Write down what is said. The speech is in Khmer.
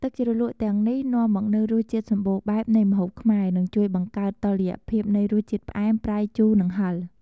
ទឹកជ្រលក់ទាំងនេះនាំមកនូវរសជាតិសម្បូរបែបនៃម្ហូបខ្មែរ និងជួយបង្កើតតុល្យភាពនៃរសជាតិផ្អែម ប្រៃ ជូរ និងហិល។